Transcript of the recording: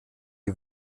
die